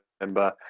remember